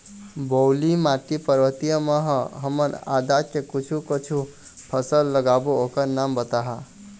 बलुई माटी पर्वतीय म ह हमन आदा के कुछू कछु फसल लगाबो ओकर नाम बताहा?